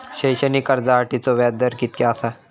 शैक्षणिक कर्जासाठीचो व्याज दर कितक्या आसा?